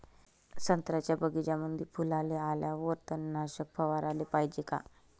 संत्र्याच्या बगीच्यामंदी फुलाले आल्यावर तननाशक फवाराले पायजे का?